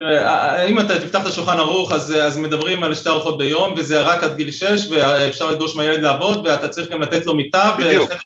אם אתה תפתח את השולחן ערוך, אז מדברים על שתי ארוחות ביום, וזה רק עד גיל 6, ואפשר לדרוש מהילד לעבוד, ואתה צריך גם לתת לו מיטה